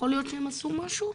יכול להיות שהם עשו משהו,